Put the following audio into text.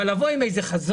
אבל לבוא עם חזון,